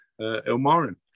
Ilmarin